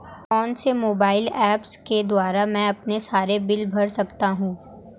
कौनसे mobile apps के द्वारा मैं अपने सारे बिल भर सकता हूं?